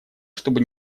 чтобы